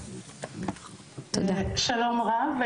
שלום רב.